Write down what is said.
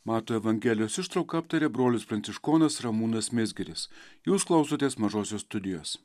mato evangelijos ištrauką aptarė brolis pranciškonas ramūnas mizgiris jūs klausotės mažosios studijos